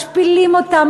משפילים אותם,